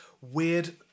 weird